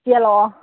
ꯆꯦꯜꯂꯛꯑꯣ